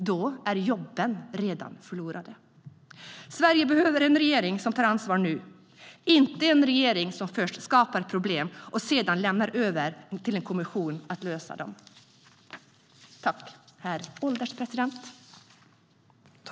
Då är jobben redan förlorade.I detta anförande instämde Jörgen Warborn .